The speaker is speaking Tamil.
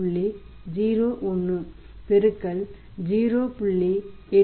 01 பெருக்கல் 0